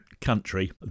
country